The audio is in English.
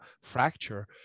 fracture